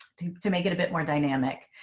to to make it a bit more dynamic.